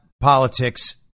politics